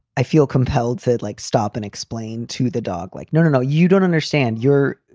i feel compelled, said like stop and explain to the dog like no, no, no. you don't understand your